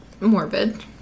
morbid